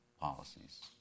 policies